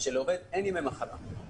כשלעובד אין ימי מחלה.